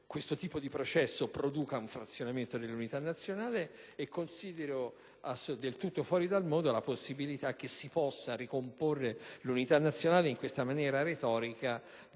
questo tipo di processo produca un frazionamento dell'unità nazionale e considero del tutto fuori dal mondo la possibilità che si possa ricomporre l'unità nazionale nella maniera retorica